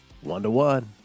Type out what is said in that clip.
One-to-one